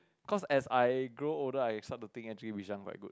cause as I grow older I start to think actually Bishan quite good